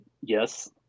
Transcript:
yes